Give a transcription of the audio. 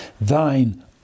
thine